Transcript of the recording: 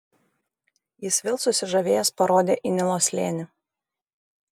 jis vėl susižavėjęs parodė į nilo slėnį